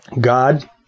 God